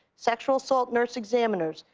sexual assault nurse examiners.